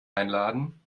einladen